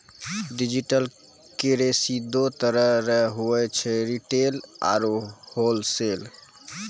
digital currency दो तरह रो हुवै छै रिटेल आरू होलसेल